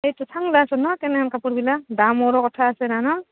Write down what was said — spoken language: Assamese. এইটো ন তেনে কাপোৰবিলাক দামৰো কথা আছে ন ন